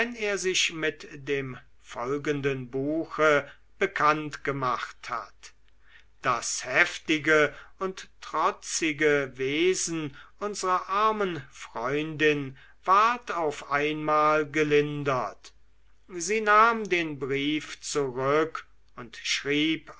er sich mit dem folgenden buche bekannt gemacht hat das heftige und trotzige wesen unsrer armen freundin ward auf einmal gelindert sie nahm den brief zurück und schrieb